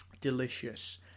Delicious